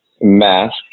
mask